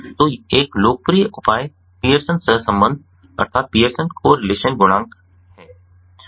तो एक लोकप्रिय उपाय पियर्सन के सहसंबंध Pearson's correlation गुणांक है